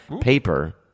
paper